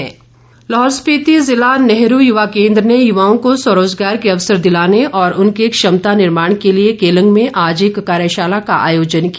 कार्यशाला लाहौल स्पिति जिला नेहरू युवा केन्द्र ने युवाओं को स्वरोजगार के अवसर दिलाने और उनके क्षमता निर्माण के लिए केलंग में आज एक कार्यशाला का आयोजन किया